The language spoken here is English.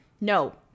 No